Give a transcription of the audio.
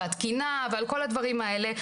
על התקינה ועל כל הדברים האלה.